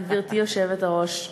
גברתי היושבת-ראש,